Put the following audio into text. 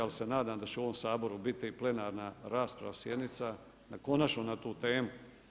Ali se nadam da će u ovom Saboru biti plenarna rasprava, sjednica konačno na tu temu.